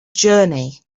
journey